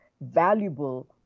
valuable